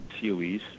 COEs